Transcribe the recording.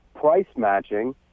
price-matching